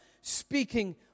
speaking